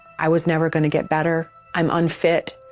i was never going to get better. i'm unfit.